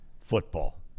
football